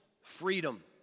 freedom